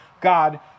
God